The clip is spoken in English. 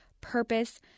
purpose